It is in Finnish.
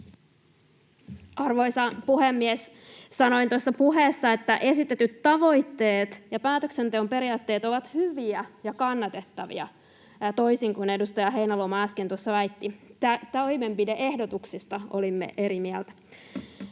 Arvoisa puhemies! Sanoin tuossa puheessa, että esitetyt tavoitteet ja päätöksenteon periaatteet ovat hyviä ja kannatettavia, toisin kuin edustaja Heinäluoma äsken tuossa väitti. Toimenpide-ehdotuksista olimme eri mieltä.